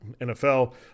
NFL